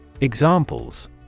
Examples